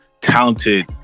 talented